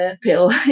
pill